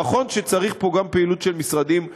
נכון שצריך פה גם פעילות של משרדים אחרים: